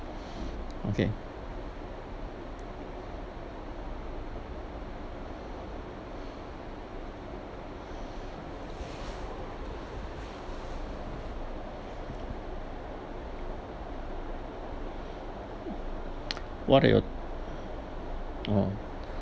okay what are your orh